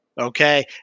Okay